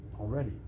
already